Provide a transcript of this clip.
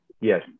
yes